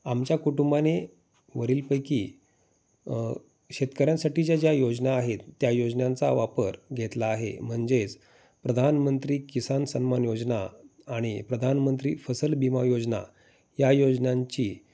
आमच्या कुटुंबाने वरीलपैकी शेतकऱ्यांसाठी ज्या ज्या योजना आहेत त्या योजनांचा वापर घेतला आहे म्हणजेच प्रधानमंत्री किसन सन्मान योजना आणि प्रधानमंत्री फसल बीमा योजना या योजनांची